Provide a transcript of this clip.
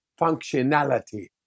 functionality